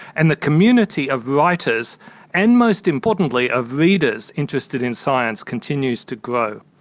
and the community of writers and most importantly of readers interested in science continues to grow.